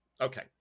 okay